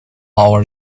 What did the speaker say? our